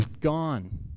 gone